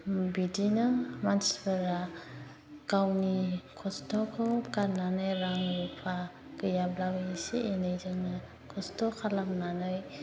बिदिनो मानसिफोरा गावनि खस्त'खौ गारनानै रां रुफा गैयाब्ला एसे एनैजोंनो खस्त' खालामनानै